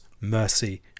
mercy